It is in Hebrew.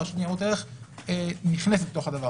והרשות לניירות ערך נכנסת לזה?